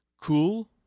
cool